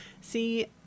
See